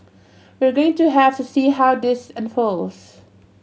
we're going to have to see how this unfolds